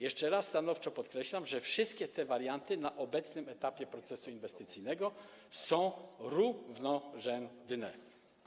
Jeszcze raz stanowczo podkreślam, że wszystkie te warianty na obecnym etapie procesu inwestycyjnego są równorzędne.